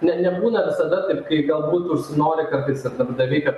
ne nebūna visada taip kai galbūt užsinori kad vis dar darbdaviai kad